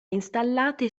installate